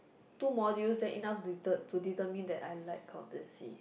two module then enough to determine that I like accountancy